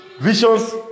visions